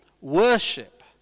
worship